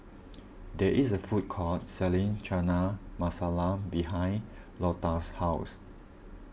there is a food court selling Chana Masala behind Lota's house